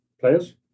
Players